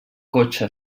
cotxe